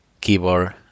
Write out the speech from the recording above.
keyboard